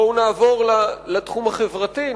בואו נעבור לתחום החברתי,